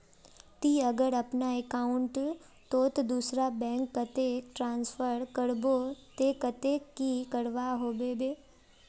ती अगर अपना अकाउंट तोत दूसरा बैंक कतेक ट्रांसफर करबो ते कतेक की करवा होबे बे?